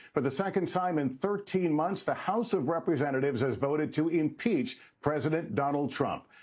for the second time in thirteen months the house of representatives has voted to impeach president donald trump.